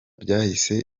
byahise